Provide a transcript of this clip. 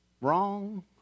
Wrong